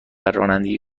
رانندگی